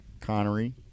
Connery